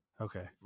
Okay